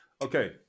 Okay